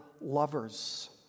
lovers